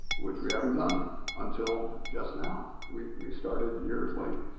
which we haven't done until just now, we we started years late.